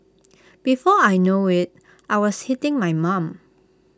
before I know IT I was hitting my mum